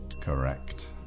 Correct